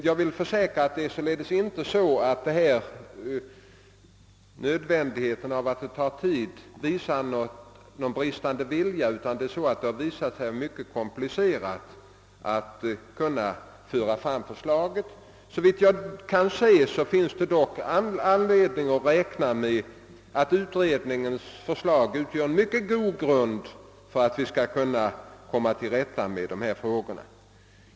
Jag vill försäkra att det förhållandet att arbetet tar tid inte beror på bristande vilja utan på att det har visat sig vara mycket komplicerat att få fram ett lagförslag. Såvitt jag kan se finns det dock all anledning att räkna med att utredningens förslag utgör en mycket god grund för att komma till rätta med dessa frågor.